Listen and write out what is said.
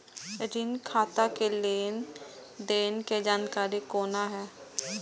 ऋण खाता के लेन देन के जानकारी कोना हैं?